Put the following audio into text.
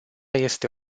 este